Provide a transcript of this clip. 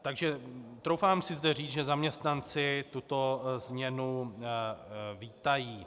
Takže troufám si zde říct, že zaměstnanci tuto změnu vítají.